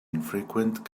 infrequent